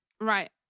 right